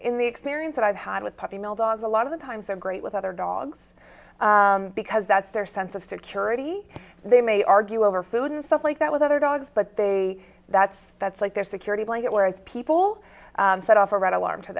in the experience that i've had with puppy mill dogs a lot of the times are great with other dogs because that's their sense of security they may argue over food and stuff like that with other dogs but they that's that's like their security blanket whereas people set off a red